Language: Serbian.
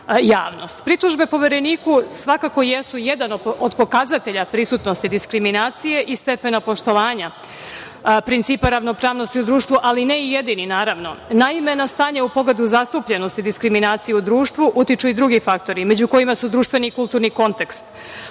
javnost. Pritužbe Povereniku, svakako jesu jedan od pokazatelja prisutnosti diskriminacije i stepena poštovanja principa ravnopravnosti u društvu, ali ne i jedini. Naime, na stanje u pogledu zastupljenosti diskriminacije u društvu, utiču i drugi faktori, među kojima su društveni i kulturni kontekst,